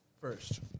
first